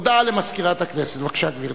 הודעה למזכירת הכנסת, בבקשה, גברתי.